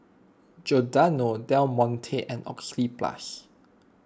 Giordano Del Monte and Oxyplus